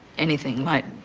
anything might